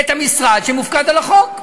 את המשרד שמופקד על החוק.